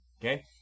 okay